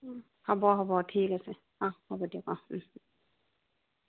হ'ব হ'ব ঠিক আছে অ হ'ব দিয়ক অ